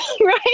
Right